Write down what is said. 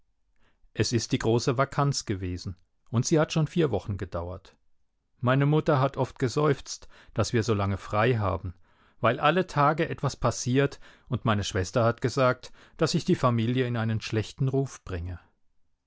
es ist die große vakanz gewesen und sie hat schon vier wochen gedauert meine mutter hat oft geseufzt daß wir so lange frei haben weil alle tage etwas passiert und meine schwester hat gesagt daß ich die familie in einen schlechten ruf bringe